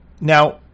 Now